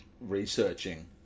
researching